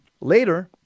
Later